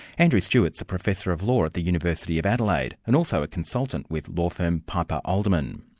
andrew stewart is a professor of law at the university of adelaide, and also a consultant with law firm piper alderman.